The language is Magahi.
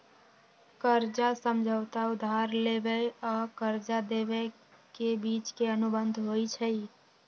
कर्जा समझौता उधार लेबेय आऽ कर्जा देबे के बीच के अनुबंध होइ छइ